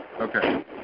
Okay